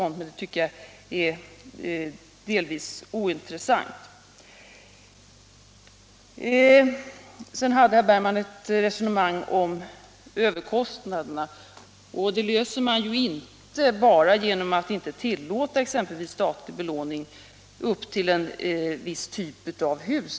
Det tycker jag är delvis ointressant. Herr Bergman förde sedan ett resonemang om överkostnaderna. Det problemet löser man inte genom att exempelvis tillåta statlig upplåning endast upp till en viss nivå.